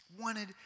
wanted